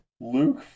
Luke